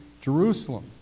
Jerusalem